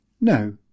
No